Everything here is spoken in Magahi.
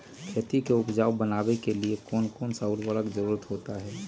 खेती को उपजाऊ बनाने के लिए कौन कौन सा उर्वरक जरुरत होता हैं?